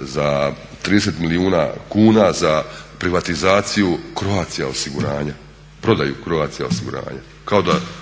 za 30 milijuna kuna za privatizaciju Croatia osiguranja, prodaju Croatia osiguranja. Kao da